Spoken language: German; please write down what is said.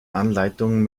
anleitungen